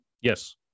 Yes